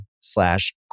slash